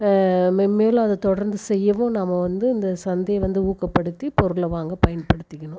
மென்மேலும் அதை தொடர்ந்து செய்யவும் நம்ம வந்து இந்த சந்தையை வந்து ஊக்கப்படுத்தி பொருளை வாங்க பயன்படுத்திக்கணும்